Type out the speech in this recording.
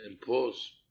impose